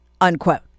unquote